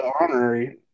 honorary